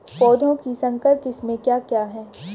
पौधों की संकर किस्में क्या क्या हैं?